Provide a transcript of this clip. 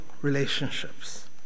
relationships